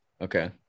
okay